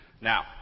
Now